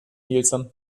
nielson